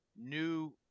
new